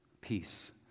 peace